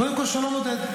קודם כול, שלום, עודד.